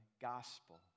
gospel